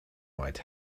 might